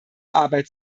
arbeit